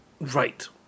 Right